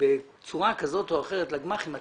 בצורה כזאת או אחרת לגמ"חים,